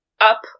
up